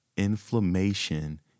Inflammation